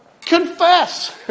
confess